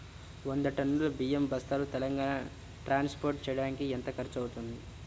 వంద టన్నులు బియ్యం బస్తాలు తెలంగాణ ట్రాస్పోర్ట్ చేయటానికి కి ఎంత ఖర్చు అవుతుంది?